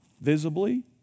Visibly